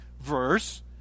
verse